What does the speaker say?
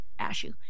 Ashu